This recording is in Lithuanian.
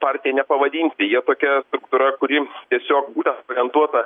partija nepavadinsi jie tokia struktūra kuri tiesiog būtent orientuota